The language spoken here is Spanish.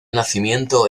nacimiento